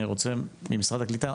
אני רוצה ממשרד הקליטה,